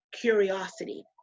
curiosity